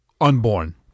unborn